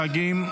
חגים)